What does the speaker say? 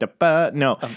No